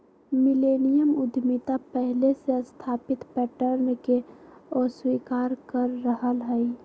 millennium उद्यमिता पहिले से स्थापित पैटर्न के अस्वीकार कर रहल हइ